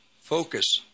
focus